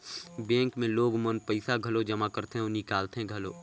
bank मे लोग मन पइसा घलो जमा करथे अउ निकालथें घलो